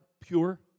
pure